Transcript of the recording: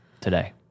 today